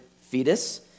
fetus